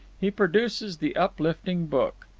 he produces the uplifting book.